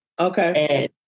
Okay